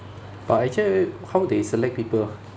but actually how they select people ah